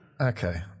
Okay